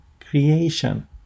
creation